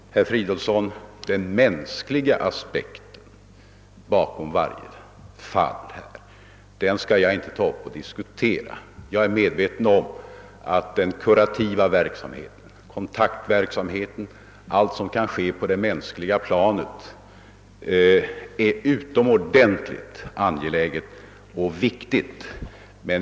Den mänskliga aspekten bakom varje fall skall jag, herr Fridolfsson i Stockholm, inte ta upp till diskussion. Jag är medveten om att den kurativa verksamheten, kontaktverksamheten och allt som kan ske på det mänskliga planet är något utomordentligt angeläget och viktigt.